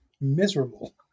miserable